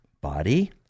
body